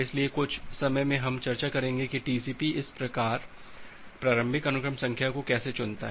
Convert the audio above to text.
इसलिए कुछ समय में हम चर्चा करेंगे कि टीसीपी इस प्रारंभिक अनुक्रम संख्या को कैसे चुनता है